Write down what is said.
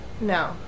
No